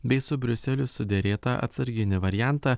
bei su briuseliu suderėtą atsarginį variantą